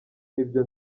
nibyo